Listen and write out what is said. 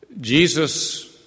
Jesus